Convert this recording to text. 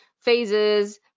phases